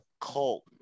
cult